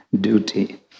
duty